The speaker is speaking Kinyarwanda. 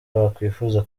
wakwifuza